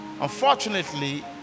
unfortunately